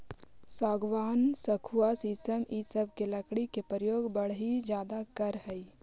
सागवान, सखुआ शीशम इ सब के लकड़ी के प्रयोग बढ़ई ज्यादा करऽ हई